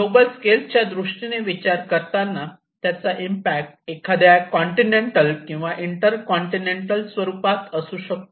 global scale च्या दृष्टीने विचार करताना त्याचा इम्पॅक्ट एखाद्या कॉन्टिनेन्टल किंवा इंटर कॉन्टिनेन्टल स्वरूपात असू शकतो